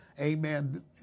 amen